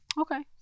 Okay